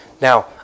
Now